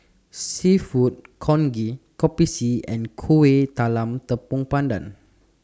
Seafood Congee Kopi C and Kueh Talam Tepong Pandan